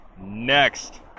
next